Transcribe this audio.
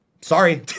Sorry